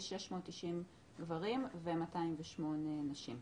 יש 690 גברים ו-208 נשים.